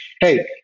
hey